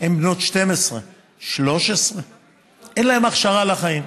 הם בני 12 13. אין להם הכשרה לחיים.